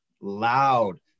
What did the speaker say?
loud